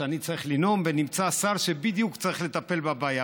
כשאני צריך לנאום ונמצא השר שבדיוק צריך לטפל בבעיה.